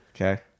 Okay